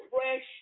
fresh